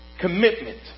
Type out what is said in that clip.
commitment